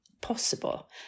possible